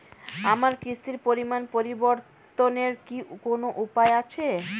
আমার কিস্তির পরিমাণ পরিবর্তনের কি কোনো উপায় আছে?